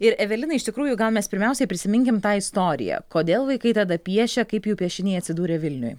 ir evelina iš tikrųjų gal mes pirmiausiai prisiminkim tą istoriją kodėl vaikai tada piešė kaip jų piešiniai atsidūrė vilniuj